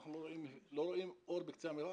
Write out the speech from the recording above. ואנחנו לא רואים אור בקצה המנהרה.